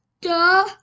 duh